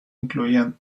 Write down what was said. incluían